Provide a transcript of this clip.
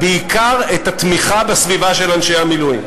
בעיקר את התמיכה בסביבה של אנשי המילואים.